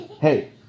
hey